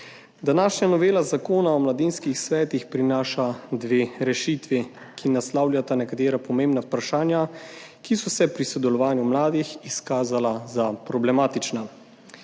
Današnja novela Zakona o mladinskih svetih prinaša dve rešitvi, ki naslavljata nekatera pomembna vprašanja, ki so se pri sodelovanju mladih izkazala za problematična.